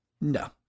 No